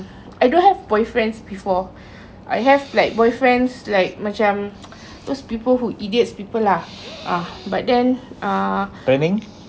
I don't have boyfriends before I have like boyfriends like macam those people who idiots people lah but then uh